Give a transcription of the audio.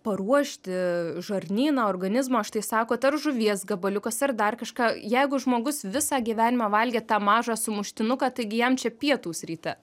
paruošti žarnyną organizmą štai sakot ar žuvies gabaliukas ar dar kažką jeigu žmogus visą gyvenimą valgė tą mažą sumuštinuką taigi jam čia pietūs ryte